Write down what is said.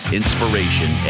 inspiration